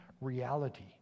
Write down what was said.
reality